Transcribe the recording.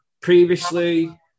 previously